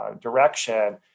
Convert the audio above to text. direction